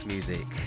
Music